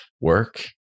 work